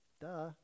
duh